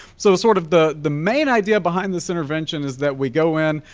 so sort of the the main idea behind this intervention is that we go in,